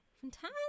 Fantastic